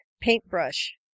paintbrush